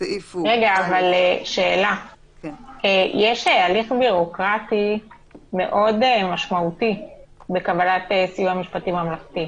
יש הליך בירוקרטי מאוד משמעותי בקבלת סיוע משפטי ממלכתי.